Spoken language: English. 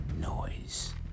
noise